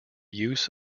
use